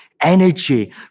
energy